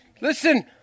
Listen